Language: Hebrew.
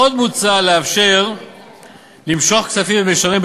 עוד מוצע לאפשר למשוך כספים במישרין,